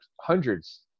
hundreds